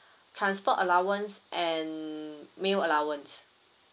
transport allowance and meal allowance